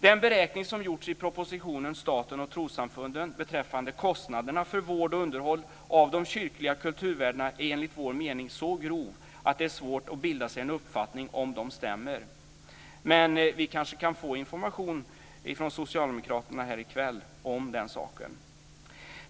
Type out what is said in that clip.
Den beräkning som gjorts i propositionen Staten och trossamfunden beträffande kostnaderna för vård och underhåll av de kyrkliga kulturvärdena är enligt vår mening så grov att det är svårt att bilda sig en uppfattning om de stämmer. Men vi kanske kan få information från socialdemokraterna om den saken här i kväll.